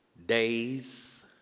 Days